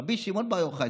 רבי שמעון בר יוחאי.